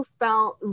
felt